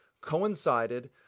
coincided